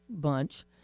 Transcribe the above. bunch